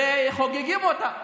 וחוגגים אותה,